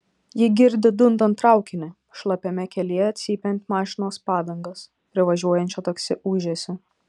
ji girdi dundant traukinį šlapiame kelyje cypiant mašinos padangas privažiuojančio taksi ūžesį